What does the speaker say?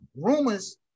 rumors